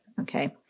okay